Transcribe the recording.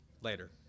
later